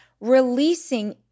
releasing